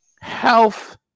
health